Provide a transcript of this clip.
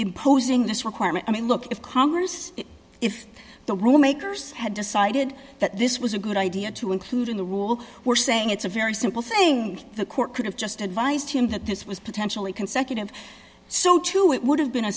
imposing this requirement i mean look if congress if the room makers had decided that this was a good idea to include in the rule we're saying it's a very simple thing the court could have just advised him that this was potentially consecutive so to it would have been a